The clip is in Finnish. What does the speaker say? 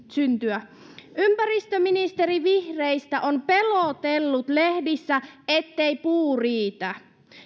syntyä ympäristöministeri vihreistä on pelotellut lehdissä ettei puu riitä